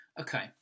Okay